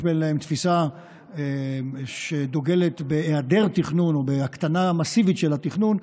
להם תפיסה שדוגלת בהיעדר תכנון או בהקטנה מסיבית של התכנון.